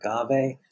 agave